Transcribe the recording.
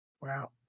Wow